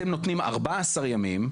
אתם נותנים 14 ימים.